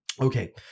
okay